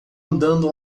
andando